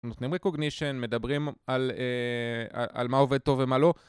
recognition, מדברים על מה עובד טוב ומה לא.